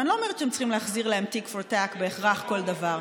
ואני לא אומרת שאתם צריכים להחזיר להם tic for tac בהכרח כל דבר.